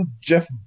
Jeff